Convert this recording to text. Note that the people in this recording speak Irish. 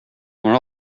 mar